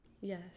Yes